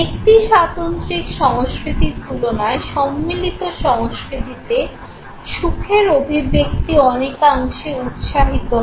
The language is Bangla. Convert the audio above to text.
ব্যক্তিস্বাতন্ত্রিক সংস্কৃতির তুলনায় সম্মিলিত সংস্কৃতিতে সুখের অভিব্যক্তি অনেকাংশে উৎসাহিত হয়